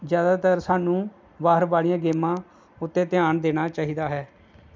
ਜ਼ਿਆਦਾਤਰ ਸਾਨੂੰ ਬਾਹਰ ਵਾਲੀਆਂ ਗੇਮਾਂ ਉੱਤੇ ਧਿਆਨ ਦੇਣਾ ਚਾਹੀਦਾ ਹੈ